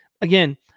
again